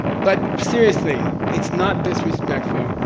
but seriously, it's not disrespectful,